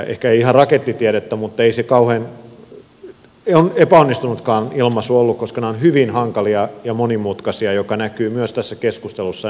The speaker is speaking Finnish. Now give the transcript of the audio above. ehkä eivät ihan rakettitiedettä mutta ei se kauhean epäonnistunutkaan ilmaisu ollut koska nämä ovat hyvin hankalia ja monimutkaisia mikä näkyy myös tässä keskustelussa ja näissä pykälissä